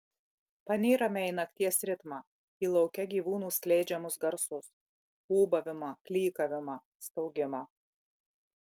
panyrame į nakties ritmą į lauke gyvūnų skleidžiamus garsus ūbavimą klykavimą staugimą